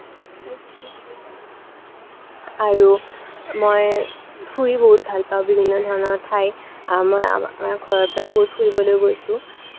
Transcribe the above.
আৰু মই ফুৰি বহুত ভাল পাওঁ বিভিন্ন ধৰণৰ ঠাই আমা আমাৰ ঘৰৰ পৰাই বহুত ফুৰিবলৈ গৈছোঁ